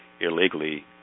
illegally